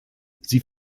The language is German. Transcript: sie